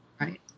right